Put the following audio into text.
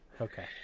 Okay